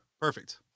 Perfect